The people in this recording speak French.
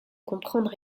comprendre